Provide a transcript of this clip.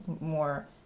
more